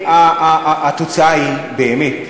והתוצאה היא, באמת,